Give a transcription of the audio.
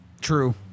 True